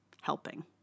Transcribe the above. helping